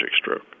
stroke